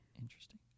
Interesting